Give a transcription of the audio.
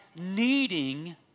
needing